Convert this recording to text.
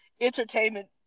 entertainment